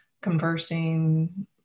conversing